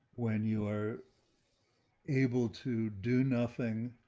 when you are able to do nothing,